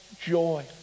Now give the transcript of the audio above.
joy